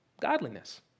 Godliness